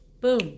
boom